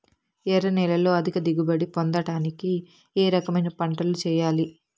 ఎర్ర నేలలో అధిక దిగుబడి పొందడానికి ఏ రకమైన పంటలు చేయాలి?